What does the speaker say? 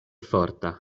forta